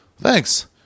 thanks